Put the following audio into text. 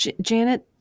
Janet